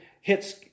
hits